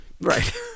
Right